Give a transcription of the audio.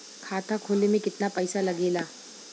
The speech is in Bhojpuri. खाता खोले में कितना पैसा लगेला?